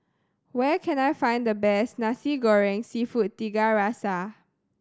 where can I find the best Nasi Goreng Seafood Tiga Rasa